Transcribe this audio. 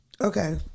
Okay